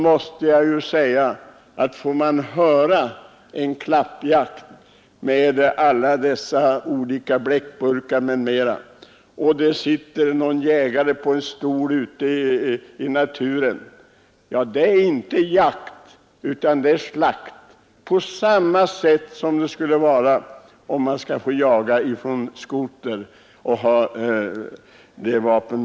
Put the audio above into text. Men än värre är ljudet från en klappjakt med alla dessa bleckburkar och annat. En klappjakt där det sitter en jägare på en stol ute i naturen och väntar på villebrådet är för resten inte jakt, utan det är slakt — precis på samma sätt som jakt från snöskoter är det.